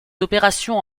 opérations